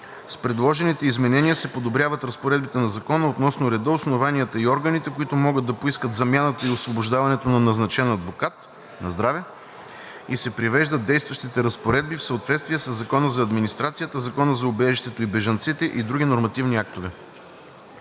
С предложените изменения се подобряват разпоредбите на Закона относно реда, основанията и органите, които могат да поискат замяната и освобождаването на назначен адвокат, и се привеждат действащите разпоредби в съответствие със Закона за администрацията, Закона за убежището и бежанците и други нормативни актове.